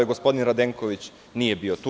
Gospodin Radenković nije bio tu.